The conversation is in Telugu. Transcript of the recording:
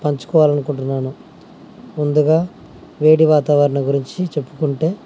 పంచుకోవాలి అనుకుంటున్నాను ముందుగా వేడి వాతావరణం గురించి చెప్పుకుంటే